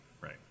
right